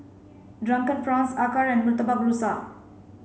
drunken prawns Acar and Murtabak Rusa